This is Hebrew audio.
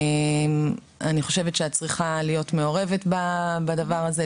את צריכה להיות מעורבת בדבר הזה,